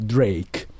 Drake